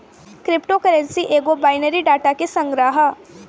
crypto currency एगो binary data के संग्रह ह